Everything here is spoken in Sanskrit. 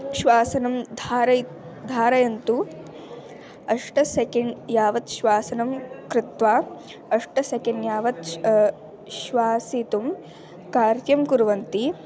श्वसनं धारयितुं धारयन्तु अष्ट सेकेण्ड् यावत् श्वसनं कृत्वा अष्ट सेकेण्ड् यावत् श्वसितुं कार्यं कुर्वन्ति